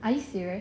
are you serious